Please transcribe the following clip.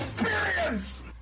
Experience